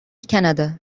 كندا